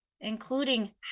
including